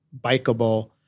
bikeable